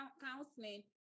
counseling